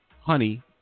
honey